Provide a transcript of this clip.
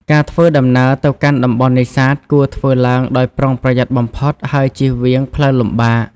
ការធ្វើដំណើរ ទៅកាន់តំបន់នេសាទគួរធ្វើឡើងដោយប្រុងប្រយ័ត្នបំផុត ហើយជៀសវាងផ្លូវលំបាក។